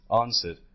Answered